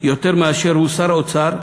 יותר מאשר הוא שר האוצר,